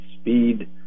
speed